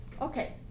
Okay